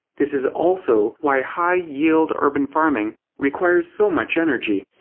this is also why high yield urban farming requires so much energy.